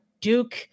Duke